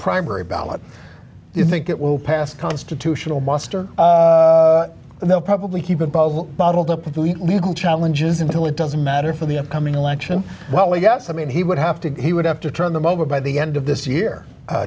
primary ballot you think it will pass constitutional muster and they'll probably keep it public bottled up with legal challenges until it doesn't matter for the upcoming election well yes i mean he would have to he would have to turn them over by the end of this year